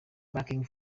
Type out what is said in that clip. banking